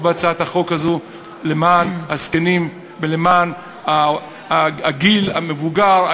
בהצעת החוק הזאת למען הזקנים ולמען הגיל המבוגר,